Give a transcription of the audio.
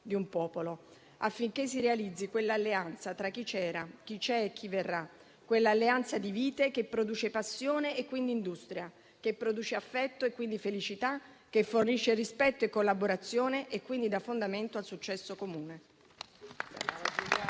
di un popolo, affinché si realizzi quell'alleanza tra chi c'era, chi c'è e chi verrà; quell'alleanza di vite che produce passione e quindi industria, che produce affetto e quindi felicità, che fornisce rispetto e collaborazione e quindi dà fondamento al successo comune.